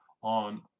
on